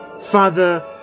Father